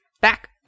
back